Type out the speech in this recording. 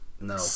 No